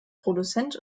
produzent